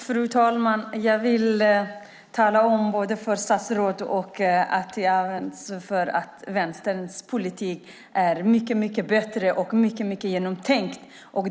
Fru talman! Jag vill tala om för statsrådet och Anti Avsan att tvärtemot vad de hävdar är Vänsterns politik både mycket bättre och mer genomtänkt.